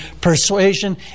persuasion